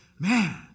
Man